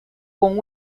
con